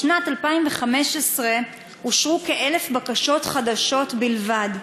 בשנת 2015 אושרו כ-1,000 בקשות חדשות בלבד.